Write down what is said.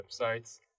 websites